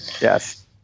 Yes